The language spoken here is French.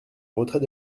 retrait